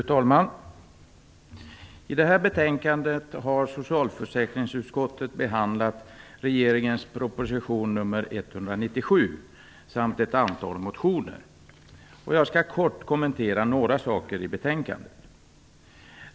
Fru talman! I detta betänkande har socialförsäkringsutskottet behandlat regeringens proposition 197 samt ett antal motioner. Jag skall kort kommentera några saker i betänkandet.